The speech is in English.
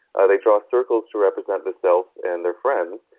ah they draw circles to represent the self and their friends,